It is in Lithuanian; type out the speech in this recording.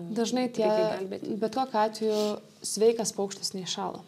dažnai tie bet kokiu atveju sveikas paukštis neįšąla